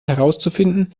herauszufinden